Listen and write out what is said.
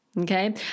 Okay